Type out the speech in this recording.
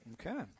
Okay